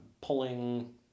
pulling